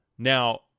Now